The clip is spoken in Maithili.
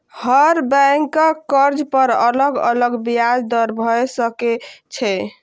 हर बैंकक कर्ज पर अलग अलग ब्याज दर भए सकै छै